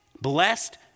Blessed